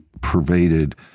pervaded